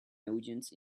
audience